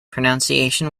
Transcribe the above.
pronunciation